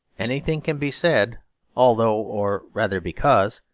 anything can be said although, or rather because,